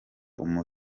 umuntu